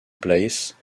place